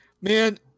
man